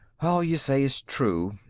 all you say is true,